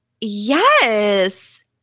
yes